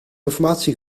informatie